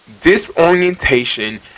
disorientation